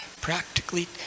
practically